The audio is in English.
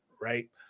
Right